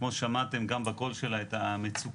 כמו ששמעתם גם בקול שלה את המצוקה,